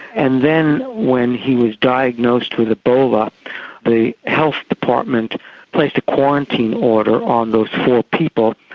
and then when he was diagnosed with ebola the health department placed a quarantine order on those four people.